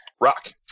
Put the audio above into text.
Rock